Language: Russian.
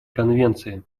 конвенции